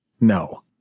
No